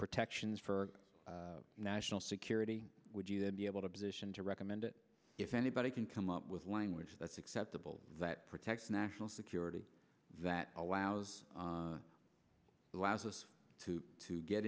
protections for national security would you be able to position to recommend it if anybody can come up with language that's acceptable that protects national security that allows allows us to